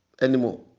anymore